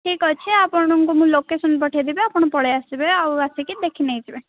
ଠିକ୍ ଅଛି ଆପଣଙ୍କୁ ମୁଁ ଲୋକେସନ୍ ପଠାଇ ଦେବି ଆପଣ ପଳାଇ ଆସିବେ ଆଉ ଆସିକି ଦେଖି ନେଇଯିବେ